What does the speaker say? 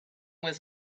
was